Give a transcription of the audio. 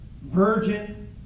virgin